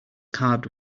carved